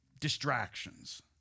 distractions